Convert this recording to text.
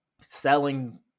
selling